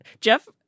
Jeff